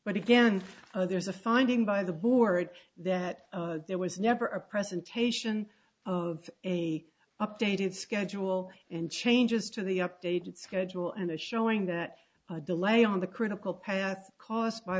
but again there's a finding by the board that there was never a presentation of a updated schedule and changes to the updated schedule and a showing that a delay on the critical path caused by